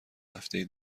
هفته